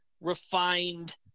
refined